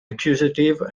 accusative